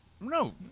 no